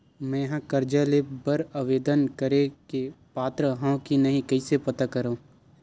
मेंहा कर्जा ले बर आवेदन करे के पात्र हव की नहीं कइसे पता करव?